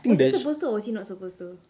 was he supposed to or was he not supposed to